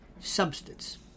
substance